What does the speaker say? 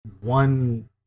one